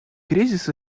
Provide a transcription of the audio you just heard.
кризис